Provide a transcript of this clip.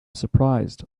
surprised